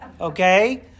okay